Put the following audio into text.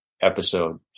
episode